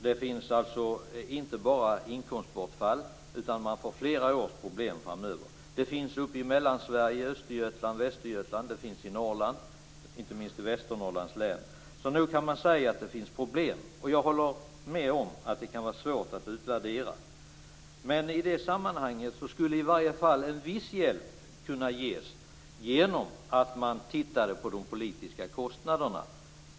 Det handlar alltså inte bara om inkomstbortfall, utan man får problem flera år framöver. Det här finns uppe i Mellansverige, Östergötland och Västergötland. Det finns i Norrland, inte minst i Västernorrlands län. Så nog kan man säga att det finns problem. Jag håller med om att det kan vara svårt att utvärdera detta. Men i det sammanhanget skulle i alla fall en viss hjälp kunna ges genom att man tittade på de politiska kostnaderna.